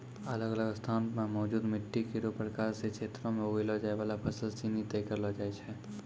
अलग अलग स्थान म मौजूद मिट्टी केरो प्रकार सें क्षेत्रो में उगैलो जाय वाला फसल सिनी तय करलो जाय छै